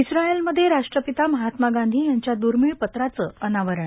इस्रायलमध्ये राष्ट्रपिता महात्मा गांधी यांच्या दुर्मिळ पत्राचं अनावरण